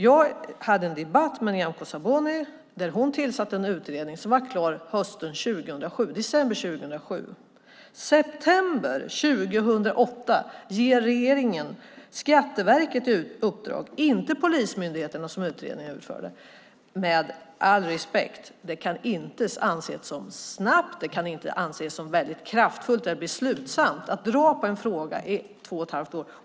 Jag hade en debatt med Nyamko Sabuni, och hon tillsatte en utredning som blev klar i december 2007. I september 2008 ger regeringen Skatteverket uppdraget - inte polismyndigheten, som utredningen föreslog. Med all respekt: Det kan inte anses som snabbt. Det kan inte anses som väldigt kraftfullt eller beslutsamt att dra på en fråga i två och halvt år.